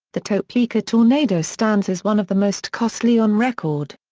the topeka tornado stands as one of the most costly on record.